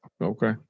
okay